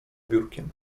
biurkiem